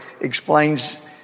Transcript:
explains